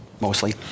mostly